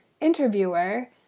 interviewer